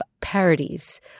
parodies